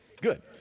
Good